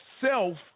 self